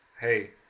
hey